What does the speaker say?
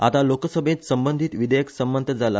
आतां लोकसभेंत संबंधित विधेयक संमंत जाला